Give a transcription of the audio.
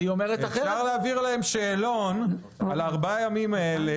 אפשר להעביר להם במייל שאלון לגבי ארבעת הימים האלה